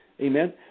Amen